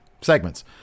segments